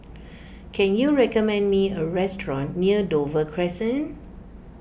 can you recommend me a restaurant near Dover Crescent